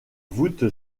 voûte